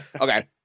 Okay